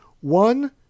One